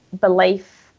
belief